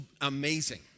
amazing